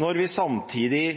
når vi samtidig